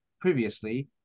previously